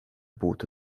būtu